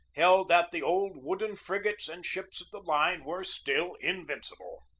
held that the old wooden frigates and ships of the line were still in vincible.